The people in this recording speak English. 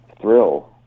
thrill